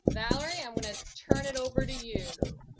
valerie, i'm gonna turn it over to you.